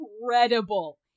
incredible